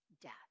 death